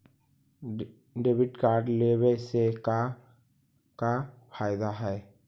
Debit card लेवे से का का फायदा है?